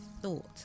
thought